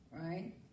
right